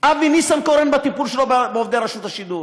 אבי ניסנקורן, בטיפול שלו בעובדי רשות השידור,